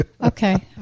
Okay